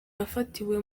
yafatiwe